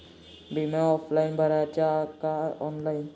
बिमा ऑफलाईन भराचा का ऑनलाईन?